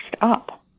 up